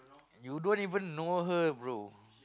you don't even know her bro